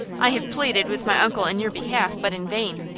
i have pleaded with my uncle in your behalf, but in vain.